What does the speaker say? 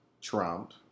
Trump